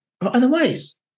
otherwise